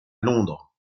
londres